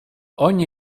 ogni